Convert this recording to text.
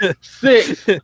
Six